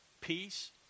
peace